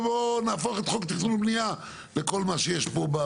בואו נהפוך את חוק תכנון ובנייה לכל מה שיש פה בזה.